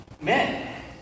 men